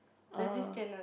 oh